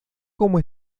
como